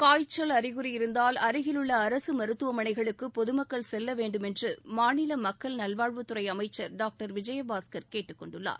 காய்ச்சல் அறிகுறி இருந்தால் அருகிலுள்ள அரசு மருத்துவமனைகளுக்கு பொது மக்கள் செல்ல வேண்டுமென்று மாநில மக்கள் நல்வாழ்வுத்துறை அமைச்சர் டாக்டர் விஜயபாஸ்கர் கேட்டுக் கொண்டுள்ளார்